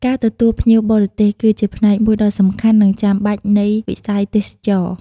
ការទទួលភ្ញៀវបរទេស គឺជាផ្នែកមួយដ៏សំខាន់និងចាំបាច់នៃ វិស័យទេសចរណ៍។